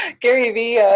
gary v ah,